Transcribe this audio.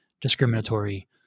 discriminatory